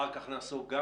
אחר כך נעסוק גם